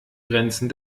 grenzen